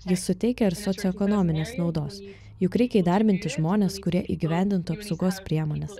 jis suteikia ir socioekonominės naudos juk reikia įdarbinti žmones kurie įgyvendintų apsaugos priemones